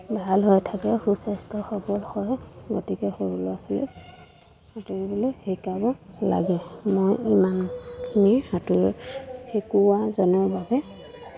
ভাল হৈ থাকে সু স্বাস্থ্য সবল হয় গতিকে সৰু ল'ৰা ছোৱালীক সাঁতুৰিবলৈ শিকাব লাগে মই ইমানখিনি সাঁতোৰ শিকোৱাজনৰ বাবে